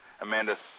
Amanda